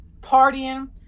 partying